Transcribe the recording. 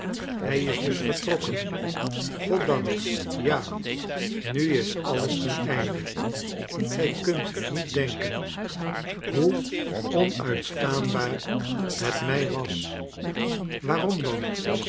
hij is dus vertrokken goddank ja nu is alles ten einde gij kunt niet denken hoe onuitstaanbaar het mij was waarom dan